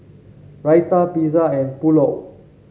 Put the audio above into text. Raita Pizza and Pulao